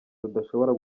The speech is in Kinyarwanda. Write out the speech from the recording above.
rudashobora